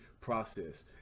process